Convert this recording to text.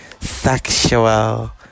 sexual